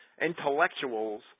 intellectuals